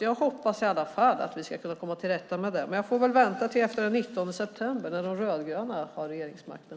Jag hoppas att vi ska kunna komma till rätta med det, men jag får väl vänta till efter den 19 september när De rödgröna tar regeringsmakten.